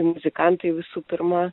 muzikantai visų pirma